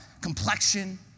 complexion